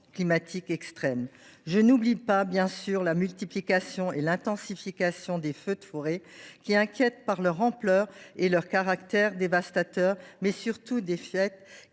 climatiques extrêmes. Je n’oublie pas, bien sûr, la multiplication et l’intensification des feux de forêt, qui inquiètent par leur ampleur et par leur caractère dévastateur. Surtout, ils